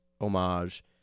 homage